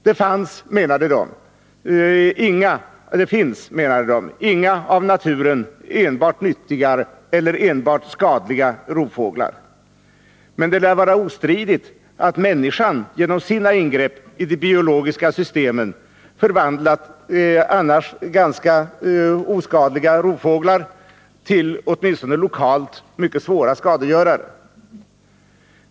Det finns, menade de, inga av naturen enbart nyttiga eller enbart skadliga rovfåglar, men det lär vara ostridigt att människan genom sina ingrepp i de biologiska systemen förvandlat annars ganska oskadliga rovfåglar till åtminstone lokalt mycket svåra skadegörare.